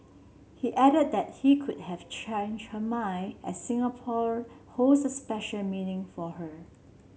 he added that he could have changed her mind as Singapore holds a special meaning for her